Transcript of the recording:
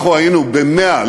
אנחנו היינו ב-100,